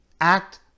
act